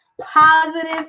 positive